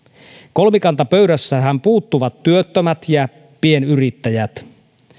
kolmikantapöydästähän puuttuvat työttömät ja pienyrittäjät